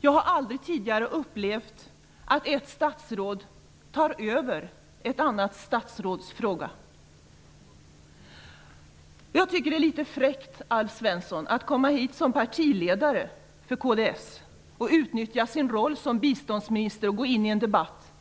Jag har aldrig tidigare upplevt att ett statsråd tar över ett annat statsråds fråga. Det är litet fräckt, Alf Svensson, att komma hit som partiledare för kds och utnyttja sin roll som biståndsminister för att gå in i en debatt